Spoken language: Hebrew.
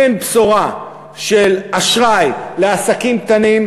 אין בשורה של אשראי לעסקים קטנים,